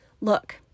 Look